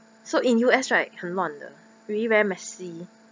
so in U_S right hen luan de really very messy